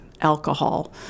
alcohol